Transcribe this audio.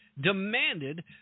demanded